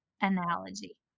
analogy